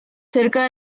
cerca